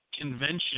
Convention